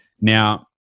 Now